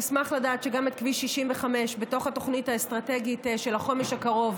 תשמח לדעת שגם כביש 65 בתוך התוכנית האסטרטגית של החומש הקרוב,